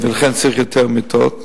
ולכן צריך יותר מיטות.